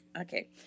Okay